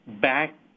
back